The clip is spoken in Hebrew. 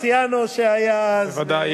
מרסיאנו, שהיה, מעיין המתגבר.